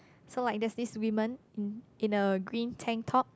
so like there's this women in in a green tank top